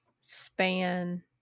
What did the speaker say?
span